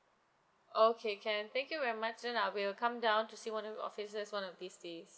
okay can thank you very much then I will come down to see one of your offices one of these days